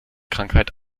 krankheit